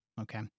okay